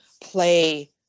play